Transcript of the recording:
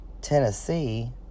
Tennessee